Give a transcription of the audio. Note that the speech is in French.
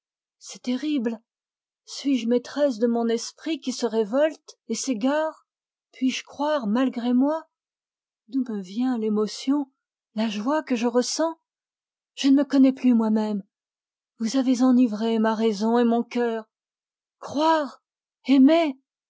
moi suis-je maîtresse de mon esprit qui se révolte et s'égare d'où me vient l'émotion que je ressens je ne me connais pus moi-même vous avez enivré ma raison et mon cœur